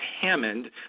Hammond